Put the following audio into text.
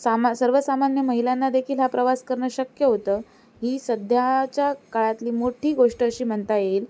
सामा सर्वसामान्य महिलांना देखील हा प्रवास करणं शक्य होतं ही सध्याच्या काळातली मोठी गोष्ट अशी म्हणता येईल